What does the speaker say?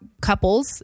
couples